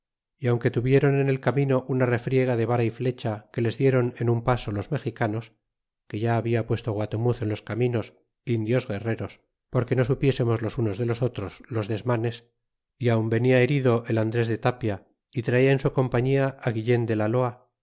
y aunque tuvieron en el camino una refriega de vara y flecha que les dieron en un paso los mexicanos que ya habla puesto guaterauz en los caminos indios guerreros porque no supiésemos los unos de los otros los desmanes y aun venia herido el andres de tapia y traia en su compañia guillen de la loa